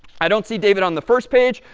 i don't see david on the first page,